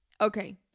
Okay